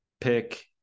pick